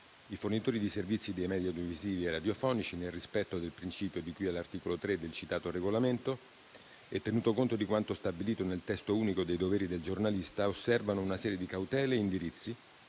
I fornitori di servizi dei media audiovisivi e radiofonici, nel rispetto del principio di cui all'articolo 3 del citato regolamento e tenuto conto di quanto stabilito nel testo unico dei doveri del giornalista, osservano una serie di cautele e indirizzi,